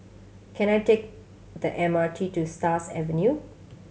can I take the M R T to Stars Avenue